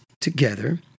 together